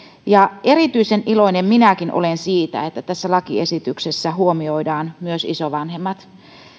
erityisen iloinen minäkin olen siitä että tässä lakiesityksessä huomioidaan myös isovanhemmat